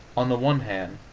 on the one hand,